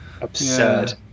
absurd